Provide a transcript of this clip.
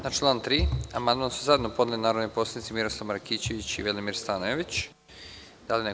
Na član 3. amandman su zajedno podneli narodni poslanici Miroslav Markićević i Velimir Stanojević.